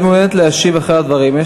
אם את מעוניינת להשיב אחרי הדברים,